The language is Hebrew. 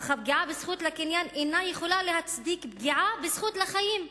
אך הפגיעה בזכות לקניין אינה יכולה להצדיק פגיעה בזכות לחיים,